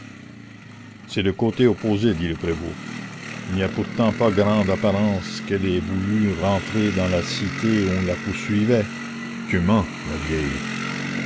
c'est le côté opposé dit le prévôt il n'y a pourtant pas grande apparence qu'elle ait voulu rentrer dans la cité où on la poursuivait tu mens la vieille